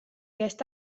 käest